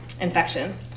infection